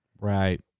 Right